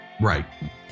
right